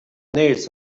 nails